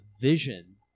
vision